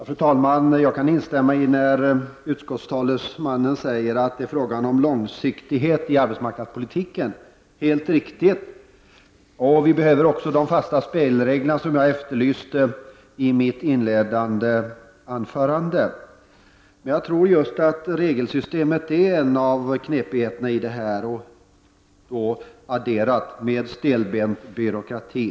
Fru talman! Jag kan instämma när utskottets talesman säger att det är fråga om långsiktigheten i arbetsmarknadspolitiken. Det är helt riktigt. Vi behöver också de fasta spelregler som jag efterlyste i mitt inledande anförande. Jag tror emellertid att regelsystemet med en stelbent byråkrati här är en av knepigheterna.